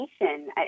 education